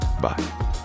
Bye